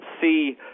see